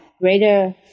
greater